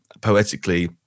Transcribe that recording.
poetically